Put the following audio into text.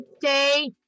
Day